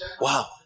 Wow